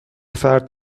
فرد